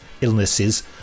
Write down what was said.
illnesses